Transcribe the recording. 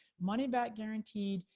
money-back guarantee.